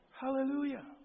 Hallelujah